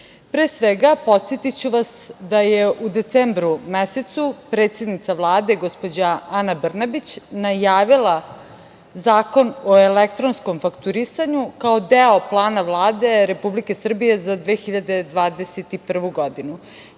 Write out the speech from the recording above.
svega, podsetiću vas da je u decembru mesecu, predsednica Vlade, gospođa Ana Brnabić najavila zakona o elektronskom fakturisanju, kao deo plana Vlade Republike Srbije za 2021. godinu.